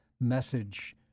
message